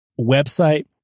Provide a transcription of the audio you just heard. website